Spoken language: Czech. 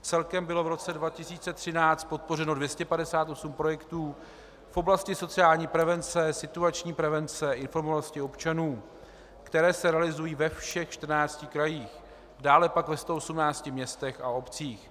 Celkem bylo v roce 2013 podpořeno 258 projektů v oblasti sociální prevence, situační prevence, informovanosti občanů, které se realizují ve všech 14 krajích, dále pak ve 118 městech a obcích.